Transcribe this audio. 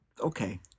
Okay